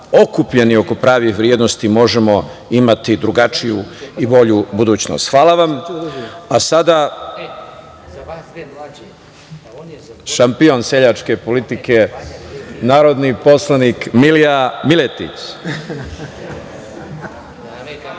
okupljeni oko pravih vrednosti možemo imati drugačiju i bolju budućnost. Hvala vam. Sada šampion seljačke politike, narodni poslanik Milija Miletić. **Milija